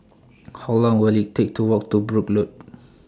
How Long Will IT Take to Walk to Brooke Road